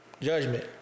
Judgment